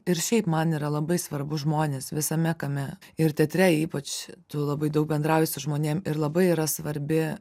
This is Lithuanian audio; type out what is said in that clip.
ir šiaip man yra labai svarbu žmonės visame kame ir teatre ypač tu labai daug bendrauji su žmonėm ir labai yra svarbi